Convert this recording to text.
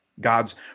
God's